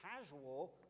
casual